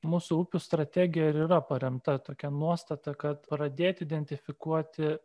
mūsų upių strategija ir yra paremta tokia nuostata kad pradėti identifikuoti